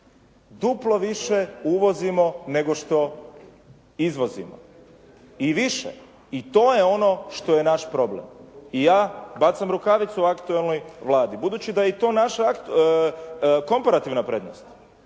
duplo više uvozimo nego što izvozimo i više i to je ono što je naš problem. I ja bacam rukavicu aktualnoj Vladi. Budući da je i to naša komparativna prednost